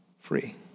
free